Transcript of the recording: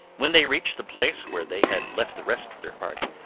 when they reached the place where they had left the rest of their party,